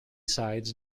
sides